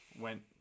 went